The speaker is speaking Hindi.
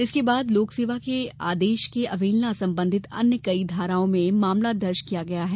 इसके बाद लोकसेवा के आदेश के अवहेलना संबंधित अन्य कई धाराओं में मामला दर्ज किया गया है